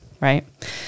right